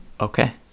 Okay